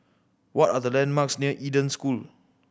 what are the landmarks near Eden School